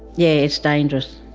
yeah it's dangerous.